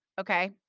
okay